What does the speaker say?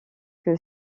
que